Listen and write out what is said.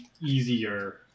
easier